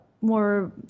more